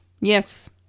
yes